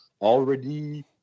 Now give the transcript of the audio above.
already